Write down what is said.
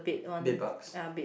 big bulks